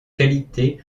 qualité